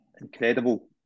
incredible